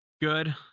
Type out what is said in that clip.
Good